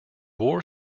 war